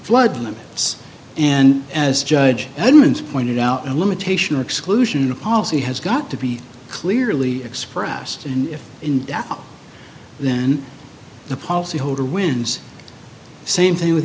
flood limits and as judge edmonds pointed out a limitation exclusion policy has got to be clearly expressed and if in doubt then the policyholder wins same thing with